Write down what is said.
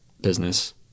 business